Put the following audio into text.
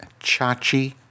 Chachi